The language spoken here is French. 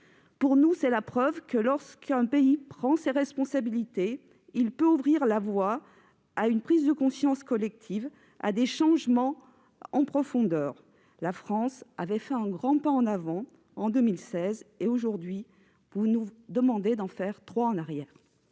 Pour nous, c'est la preuve que, lorsqu'un pays prend ses responsabilités, il peut ouvrir la voie à une prise de conscience collective, à des changements en profondeur. La France avait fait un grand pas en avant en 2016 ; aujourd'hui, vous nous demandez d'en faire trois en arrière.